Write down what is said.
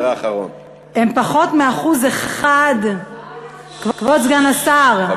הם פחות מ-1% כבוד סגן השר,